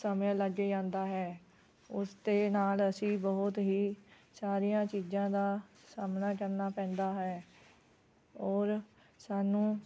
ਸਮਾਂ ਲੱਗ ਜਾਂਦਾ ਹੈ ਉਸਦੇ ਨਾਲ ਅਸੀਂ ਬਹੁਤ ਹੀ ਸਾਰੀਆਂ ਚੀਜ਼ਾਂ ਦਾ ਸਾਹਮਣਾ ਕਰਨਾ ਪੈਂਦਾ ਹੈ ਔਰ ਸਾਨੂੰ